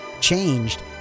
changed